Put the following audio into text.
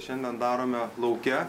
šiandien darome lauke